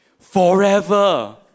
forever